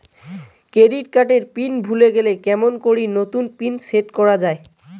Credit card এর pin ভুলে গেলে কেমন করি নতুন পিন সেট করা য়ায়?